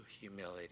humility